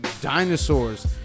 dinosaurs